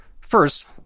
First